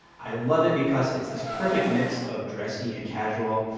i love it because it's this perfect mix of dressy and casual,